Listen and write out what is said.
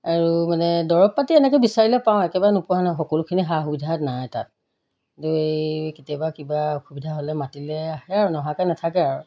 আৰু মানে দৰব পাতি এনেকৈ বিচাৰিলে পাওঁ একেবাৰে নোপোৱা নাই সকলোখিনি সা সুবিধাত নাই তাত কিন্তু এই কেতিয়াবা কিবা অসুবিধা হ'লে মাতিলে আহে আৰু নহাকৈ নাথাকে আৰু